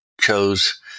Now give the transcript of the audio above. chose